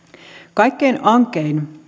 kaikkein ankein